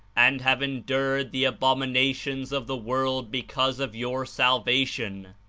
and have endured the abominations of the world because of your salva tion.